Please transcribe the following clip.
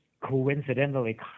coincidentally